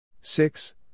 Six